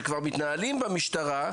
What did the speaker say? שכבר מתנהלים במשטרה,